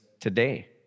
today